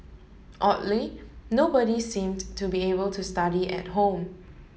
oddly nobody seemed to be able to study at home